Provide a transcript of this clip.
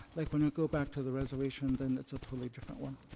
like when i go back to the reservation, then it's a totally different one.